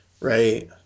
Right